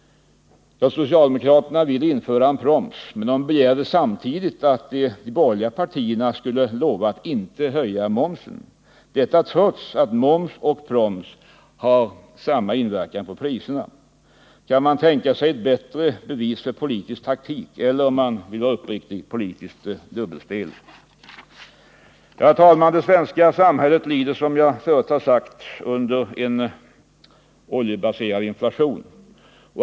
Socialdemokraterna vill införa en proms men begärde samtidigt att de borgerliga partierna skulle lova att inte höja momsen — detta trots att moms och proms har samma verkan på priserna. Kan maa tänka sig ett bättre bevis för politisk taktik — eller om man vill vara uppriktig — politiskt dubbelspel? Det svenska samhället lider som jag tidigare har sagt under en oljebaserad inflation.